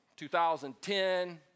2010